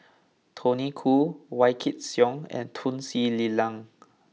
Tony Khoo Wykidd Song and Tun Sri Lanang